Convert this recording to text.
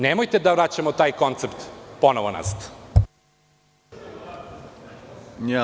Nemojte da vraćamo taj koncept ponovo nazad.